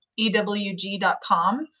EWG.com